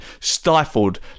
stifled